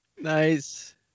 Nice